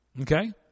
Okay